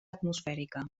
atmosfèrica